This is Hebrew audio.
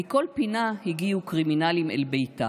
/ מכל פינה הגיעו קרימינלים אל ביתה,